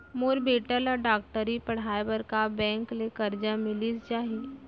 मोर बेटा ल डॉक्टरी पढ़ाये बर का बैंक ले करजा मिलिस जाही?